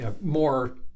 more